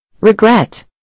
Regret